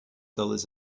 dollars